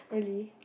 really